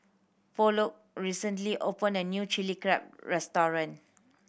Plok recently opened a new Chili Crab restaurant